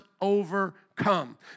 overcome